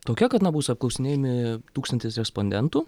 tokia kad na bus apklausinėjami tūkstantis respondentų